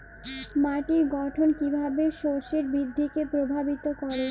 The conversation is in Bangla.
মাটির গঠন কীভাবে শস্যের বৃদ্ধিকে প্রভাবিত করে?